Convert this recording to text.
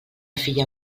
filla